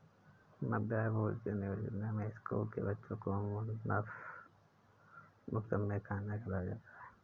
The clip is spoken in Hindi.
मध्याह्न भोजन योजना में स्कूल के बच्चों को मुफत में खाना खिलाया जाता है